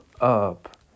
up